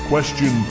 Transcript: Question